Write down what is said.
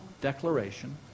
declaration